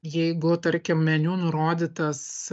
jeigu tarkim meniu nurodytas